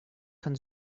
kann